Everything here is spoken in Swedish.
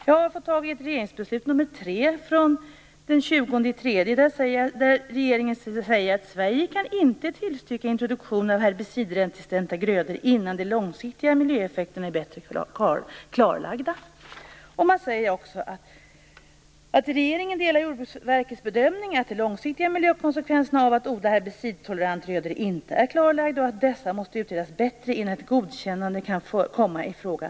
Jag har fått tag i ett regeringsbeslut, nr 3 från den 20 mars, där regeringen säger att Sverige inte kan tillstyrka introduktionen av herbicidresistenta grödor innan de långsiktiga miljöeffekterna är bättre klarlagda. Regeringen säger också att den delar Jordbruksverkets bedömning att de långsiktiga miljökonsekvenserna av att odla herbicidtoleranta grödor inte är klarlagda, och att dessa måste utredas bättre innan ett godkännande kan komma i fråga.